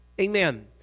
amen